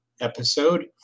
episode